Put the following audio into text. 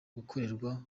gukorerwa